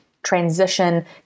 transition